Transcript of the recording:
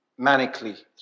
manically